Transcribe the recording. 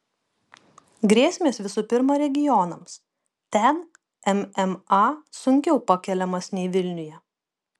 grėsmės visų pirma regionams ten mma sunkiau pakeliamas nei vilniuje